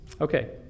Okay